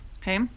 okay